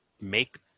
make